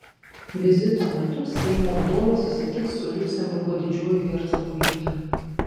vizito metu seimo vadovė susitiks su liuksemburgo didžiuoju hercogu henriu